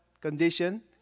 Condition